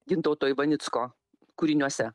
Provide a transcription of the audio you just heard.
gintauto ivanicko kūriniuose